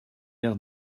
air